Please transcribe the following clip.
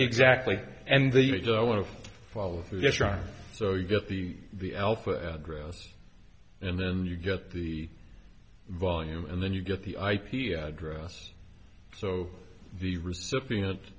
exactly and the i want to follow through get your so you get the the alpha address and then you get the volume and then you get the ip address so the recipient